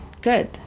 good